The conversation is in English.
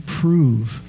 prove